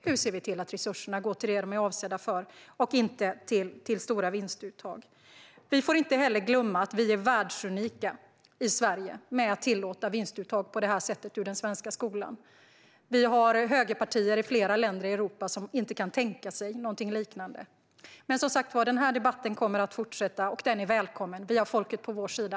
Hur ser vi till att resurserna går till det de är avsedda för och inte till stora vinstuttag? Vi får inte heller glömma att vi i Sverige är världsunika genom att vi tillåter vinstuttag ur den svenska skolan på det här sättet. I flera länder i Europa finns det högerpartier som inte kan tänka sig någonting liknande. Denna debatt kommer som sagt att fortsätta, och den är välkommen. Vi har folket på vår sida.